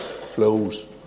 flows